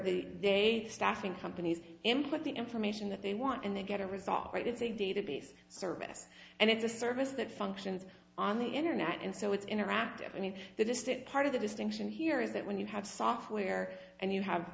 they staffing companies input the information that they want and they get a result right it's a database service and it's a service that functions on the internet and so it's interactive and that is that part of the distinction here is that when you have software and you have